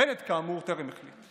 בנט, כאמור, טרם החליט.